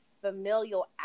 familial